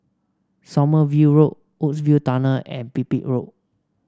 Sommerville Road Woodsville Tunnel and Pipit Road